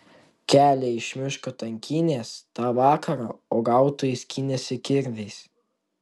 kelią iš miško tankynės tą vakarą uogautojai skynėsi kirviais